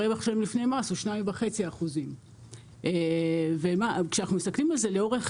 הרווח שלהם לפני מס הוא 2.5%. כשאנחנו מסתכלים על זה לאורך